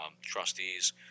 trustees